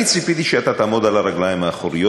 אני ציפיתי שאתה תעמוד על הרגליים האחוריות,